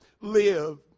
live